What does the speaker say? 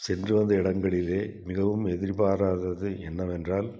சென்று வந்த இடங்களிலேயே மிகவும் எதிர்பாராதது என்னவென்றால்